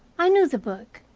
i knew the book.